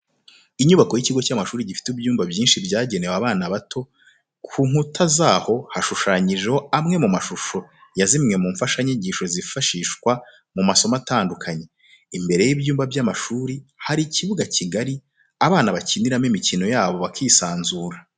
Inyubako y'ikigo cy'amashuri gifite ibyumba binini byagenwe abana bato, ku nkuta zaho hashushanyijeho amwe mu mashusho ya zimwe mu mfashanyigisho zifashishwa mu masomo atandukanye, imbere y'ibyumba by'amashuri hari ikibuga kigari abana bakiniramo imikino yabo bakisanzura.